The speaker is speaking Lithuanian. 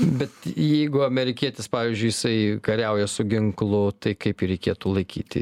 bet jeigu amerikietis pavyzdžiui jisai kariauja su ginklu tai kaip jį reikėtų laikyti